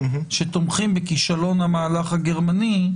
שתומכים בכישלון המהלך הגרמני,